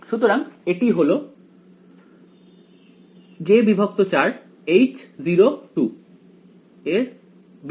সুতরাং এটি হলো j4H0